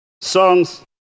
songs